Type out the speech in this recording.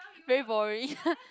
very boring